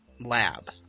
lab